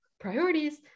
Priorities